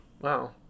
Wow